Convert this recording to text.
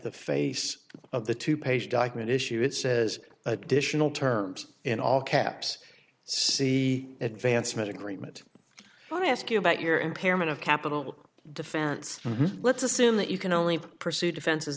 the face of the two page document issue it says additional terms in all caps see advancement agreement i want to ask you about your impairment of capital defense let's assume that you can only pursue defenses